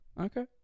Okay